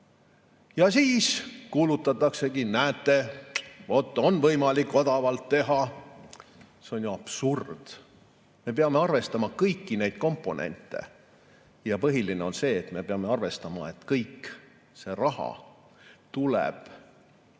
Ja siis kuulutataksegi, et näete, vot on võimalik odavalt teha. See on ju absurd! Me peame arvestama kõiki neid komponente. Ja põhiline on see, et me peame arvestama, et kogu see raha tuleb